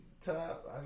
top